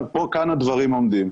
כאן הדברים עומדים.